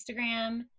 Instagram